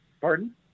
pardon